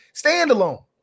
standalone